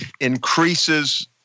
increases